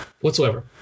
whatsoever